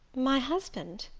my husband?